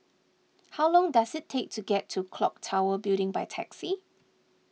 how long does it take to get to Clock Tower Building by taxi